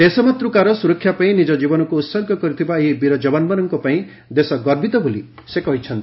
ଦେଶମାତୃକାର ସୁରକ୍ଷା ପାଇଁ ନିଜ ଜୀବନକୁ ଉତ୍ସର୍ଗ କରିଥିବା ଏହି ବୀର ଯବାନମାନଙ୍କ ପାଇଁ ଦେଶ ଗର୍ବିତ ବୋଲି ସେ କହିଛନ୍ତି